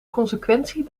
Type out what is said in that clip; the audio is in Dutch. consequentie